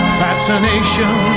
fascination